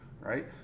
right